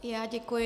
I já děkuji.